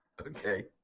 Okay